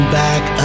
back